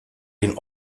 den